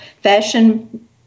fashion